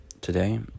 today